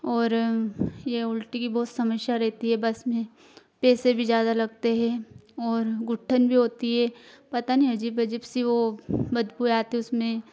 और यह उलटी की बहुत समस्या रहती है बस में पैसे भी ज़्यादा लगते है और घुटन भी होती है पता नहीं अजीब अजीब सी वह बदबू आती है उसमें